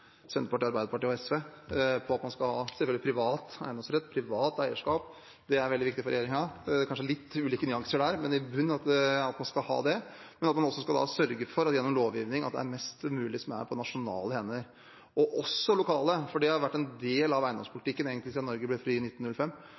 Senterpartiet, Arbeiderpartiet og SV, at man selvfølgelig skal ha privat eiendomsrett, privat eierskap. Det er veldig viktig for regjeringen, kanskje litt ulike nyanser, men i bunnene ligger det at man skal ha det. Men man skal også sørge for gjennom lovgivning at mest mulig er på nasjonale hender og også lokale. Det har vært en del av eiendomspolitikken siden Norge ble fritt i 1905,